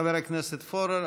חבר הכנסת פורר,